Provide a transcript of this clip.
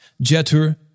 Jeter